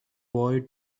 boy